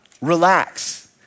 relax